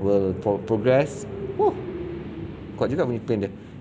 will pro~ progress kuat juga